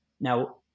Now